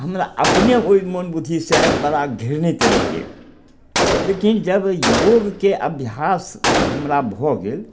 हमरा अपने ओइ मन्दबुद्धिसँ बड़ा घृणित रहियै लेकिन जब योगके अभ्यास हमरा भऽ गेल